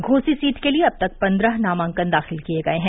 Ghosi seat के लिये अब तक पन्द्रह नामांकन दाखिल किये गये है